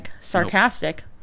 Sarcastic